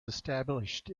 established